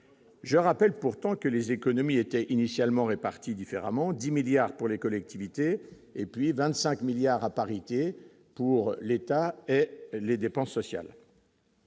je rappelle pourtant que les économies étaient initialement réparti différemment 10 milliards pour les collectivités et puis 25 milliards à parité pour l'État et les dépenses sociales.